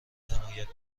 حمایت